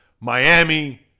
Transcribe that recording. Miami